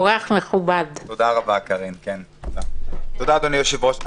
תודה, אדוני היושב-ראש.